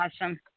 Awesome